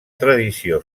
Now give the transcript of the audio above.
tradició